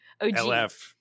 LF